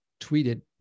tweeted